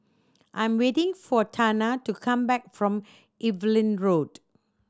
I'm waiting for Tana to come back from Evelyn Road